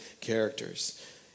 characters